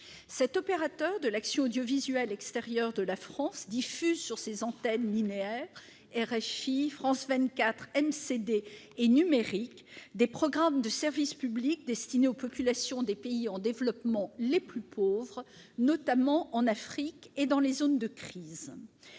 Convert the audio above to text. Cet opérateur de l'action audiovisuelle extérieure de la France diffuse sur ses antennes linéaires- RFI, France 24, MCD -et numériques des programmes de service public destinés aux populations des pays en développement les plus pauvres, notamment en Afrique et dans les zones de crise.